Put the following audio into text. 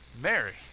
Mary